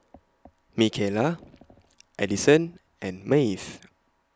Mikayla Adison and Maeve